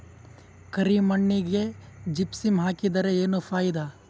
ಕರಿ ಮಣ್ಣಿಗೆ ಜಿಪ್ಸಮ್ ಹಾಕಿದರೆ ಏನ್ ಫಾಯಿದಾ?